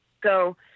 go